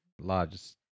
largest